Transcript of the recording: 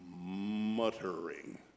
muttering